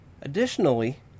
Additionally